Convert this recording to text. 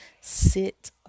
sit